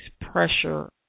pressure